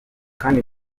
kandi